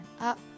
up